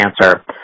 cancer